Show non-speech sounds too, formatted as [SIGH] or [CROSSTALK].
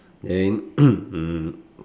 then [COUGHS] mm